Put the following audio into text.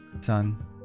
Son